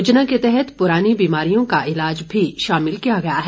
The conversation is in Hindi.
योजना के तहत पुरानी बीमारियों का ईलाज भी शामिल किया गया है